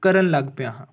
ਕਰਨ ਲੱਗ ਪਿਆ ਹਾਂ